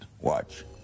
Watch